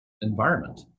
environment